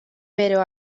pero